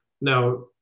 Now